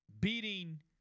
beating